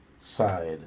side